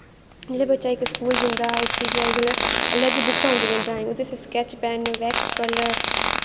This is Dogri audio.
जेह्ड़ा बच्चा इक स्कूल जंदा उस्सी गै अजकल्ल अलग बुक्कां आंदियां ड्राइंग दियां स्कैच पैन्न बैक्स कल्लर